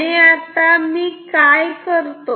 आणि आता मी काय करतो